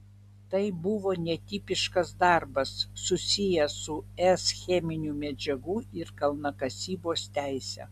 tai buvo netipiškas darbas susijęs su es cheminių medžiagų ir kalnakasybos teise